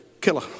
killer